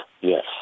yes